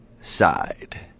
side